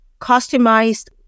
customized